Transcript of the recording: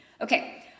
Okay